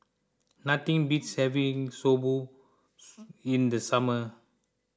nothing beats having Soba in the summer